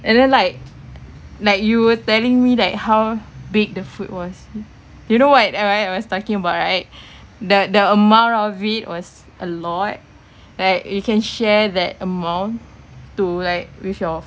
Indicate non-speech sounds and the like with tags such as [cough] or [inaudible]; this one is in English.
and then like like you were telling me like how big the food was you know what I right I was talking about right [breath] the the amount of it was a lot like you can share that amount to like with your